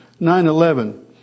9-11